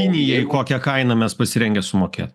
kinijai kokią kainą mes pasirengę sumokėt